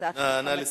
הצעת, נא לסיים.